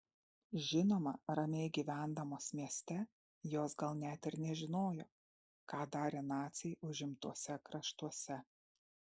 žinoma ramiai gyvendamos mieste jos gal net ir nežinojo ką darė naciai užimtuose kraštuose